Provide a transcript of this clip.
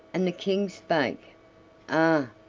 and the king spake ah!